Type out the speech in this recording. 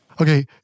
Okay